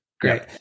great